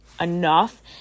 enough